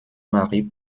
marie